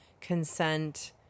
consent